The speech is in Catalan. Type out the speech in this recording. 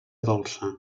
dolça